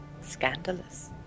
Scandalous